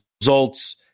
results